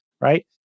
right